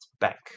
back